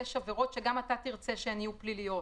יש עבירות שגם אתה תרצה שהן יהיו פליליות".